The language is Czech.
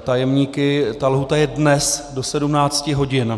tajemníky ta lhůta je dnes do 17 hodin.